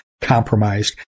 compromised